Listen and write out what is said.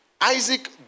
Isaac